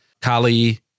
Kali